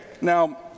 now